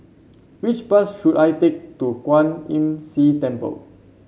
which bus should I take to Kwan Imm See Temple